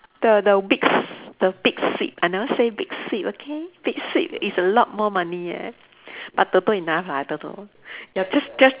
the the big s~ the big sweep I never say big sweep okay big sweep is a lot more money eh but TOTO enough lah TOTO ya just just